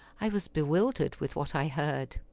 i was bewildered with what i heard.